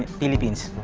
ah philippines,